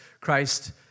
Christ